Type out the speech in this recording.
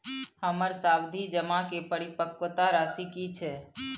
हमर सावधि जमा के परिपक्वता राशि की छै?